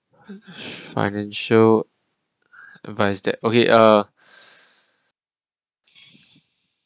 financial advice that okay ah